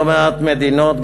בלא-מעט מדינות,